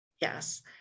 Yes